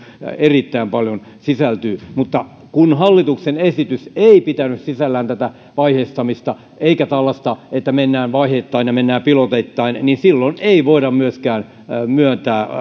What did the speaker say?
erittäin paljon sisältyy mutta kun hallituksen esitys ei pitänyt sisällään tätä vaiheistamista eikä tällaista että mennään vaiheittain ja mennään piloteittain niin silloin ei voida myöskään myöntää